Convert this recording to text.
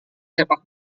sepak